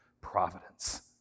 providence